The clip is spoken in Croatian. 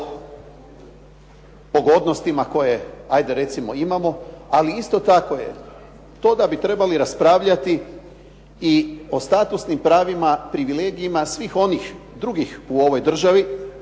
pogodnostima koje ajde recimo imamo, ali isto je to da bi trebali raspravljati i o statusnim pravima, privilegijama svih onih drugih u ovoj državi,